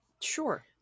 Sure